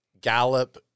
Gallup